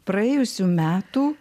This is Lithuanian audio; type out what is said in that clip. praėjusių metų